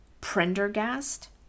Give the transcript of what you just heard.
Prendergast